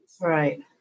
Right